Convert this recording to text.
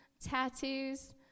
tattoos